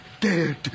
dead